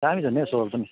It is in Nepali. दामी छ नि हो स्वर पनि